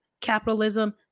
capitalism